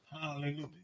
Hallelujah